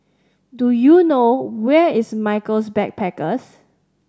do you know where is Michaels Backpackers